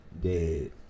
dead